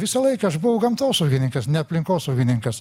visą laiką aš buvau gamtosaugininkas ne aplinkosaugininkas